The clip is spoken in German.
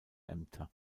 ämter